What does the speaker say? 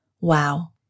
Wow